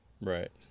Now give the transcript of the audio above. Right